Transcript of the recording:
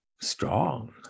strong